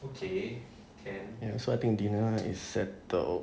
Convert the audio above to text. ya so I think the dinner one is settled